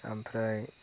आमफ्राय